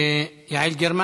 יעל גרמן